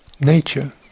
nature